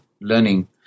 learning